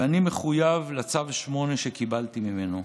ואני מחויב לצו 8 שקיבלתי ממנו.